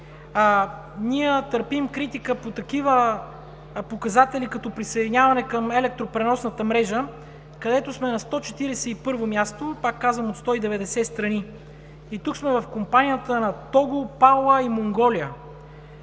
ние търпим критика по такива показатели като присъединяване към електропреносната мрежа, където сме на 141 място, пак казвам, от 190 страни, и тук сме в компанията на Того, Палау и Монголия.